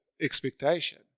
expectation